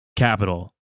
Capital